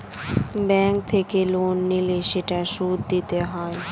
bank থেকে loan নিলে সেটার সুদ দিতে হয়